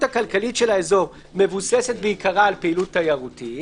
הכלכלית של האזור מבוססת בעיקרה על פעילות תיירותית.